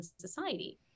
society